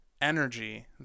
energy